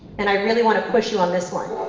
and i really want to push you on this one.